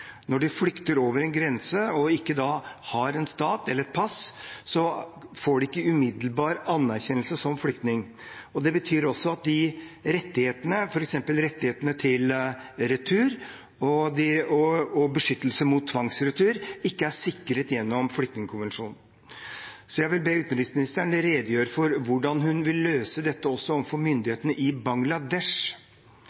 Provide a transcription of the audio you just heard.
Når de flykter over en grense og ikke har et pass, får de ikke umiddelbar anerkjennelse som flyktninger. Det betyr også at f.eks. rettighetene knyttet til retur og beskyttelse mot tvangsretur ikke er sikret gjennom flyktningkonvensjonen. Så jeg vil be utenriksministeren redegjøre for hvordan hun vil løse dette også overfor